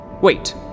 Wait